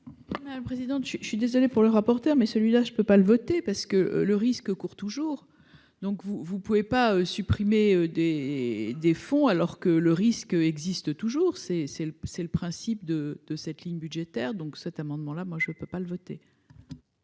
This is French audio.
Goulet, le président, je suis, je suis désolé pour le rapporteur, mais celui-là, je ne peux pas le voter parce que le risque que court toujours donc vous, vous ne pouvez pas supprimer des des fonds alors que le risque existe toujours c'est c'est le c'est le principe de de cette ligne budgétaire, donc cet amendement là moi je peux pas le voter.